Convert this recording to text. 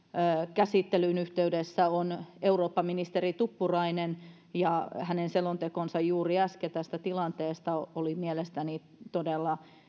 käsittelyn yhteydessä on eurooppaministeri tuppurainen ja hänen selontekonsa juuri äsken tästä tilanteesta oli mielestäni todella